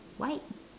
white